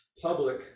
public